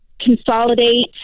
Consolidate